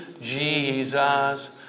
Jesus